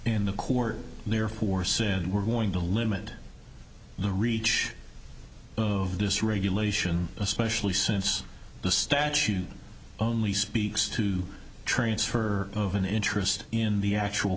in the court and therefore said we're going to limit the reach of this regulation especially since the statute only speaks to transfer of an interest in the actual